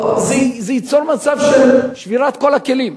זה ייצור מצב של שבירת כל הכלים.